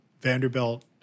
Vanderbilt